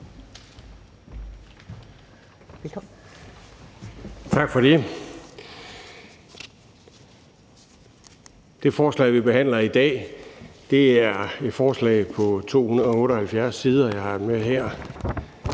Tak for det. Det forslag, vi behandler i dag, er et forslag på 278 sider – jeg har det med her